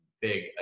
big